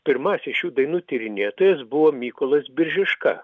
pirmasis šių dainų tyrinėtojas buvo mykolas biržiška